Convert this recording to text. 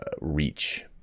reach